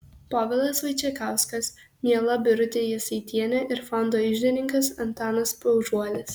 povilas vaičekauskas miela birutė jasaitienė ir fondo iždininkas antanas paužuolis